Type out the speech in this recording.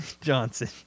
Johnson